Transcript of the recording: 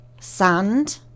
sand